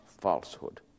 falsehood